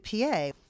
PA